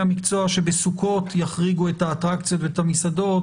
המקצוע שבסוכות יחריגו את האטרקציות ואת המסעדות,